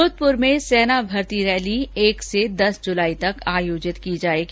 जोधपुर में सेना भर्ती रैली एक से दस जुलाई तक आयोजित की जायेगी